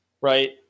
right